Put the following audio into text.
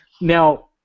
Now